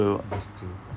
that's true